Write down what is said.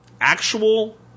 actual